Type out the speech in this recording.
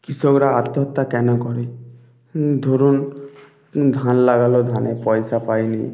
কৃষকরা আত্মহত্যা কেন করে ধরুন ধান লাগালো ধানে পয়সা পায় নি